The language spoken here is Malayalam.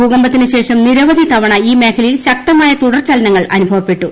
ഭൂകമ്പത്തിനുശേഷം നിരവധി തവണ ഈ മേഖലയിൽ ശക്തമായ തുടർ ചലനങ്ങൾ അനുഭവപ്പെട്ടു